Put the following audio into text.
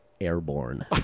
airborne